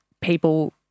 people